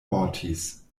mortis